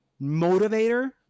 motivator